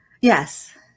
Yes